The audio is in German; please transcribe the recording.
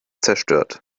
zerstört